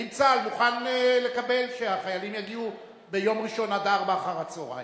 האם צה"ל מוכן לקבל שהחיילים יגיעו ביום ראשון עד 16:00?